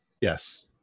Yes